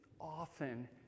often